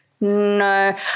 No